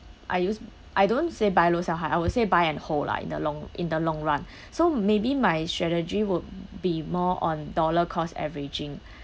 I use I don't say buy low sell high I would say buy and hold lah in the long in the long run so maybe my strategy would be more on dollar cost averaging